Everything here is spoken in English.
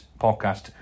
podcast